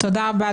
תודה רבה,